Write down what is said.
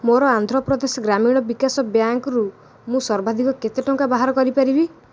ମୋର ଆନ୍ଧ୍ରପ୍ରଦେଶ ଗ୍ରାମୀଣ ବିକାଶ ବ୍ୟାଙ୍କ୍ରୁ ମୁଁ ସର୍ବାଧିକ କେତେ ଟଙ୍କା ବାହାର କରିପାରିବି